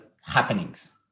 happenings